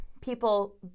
people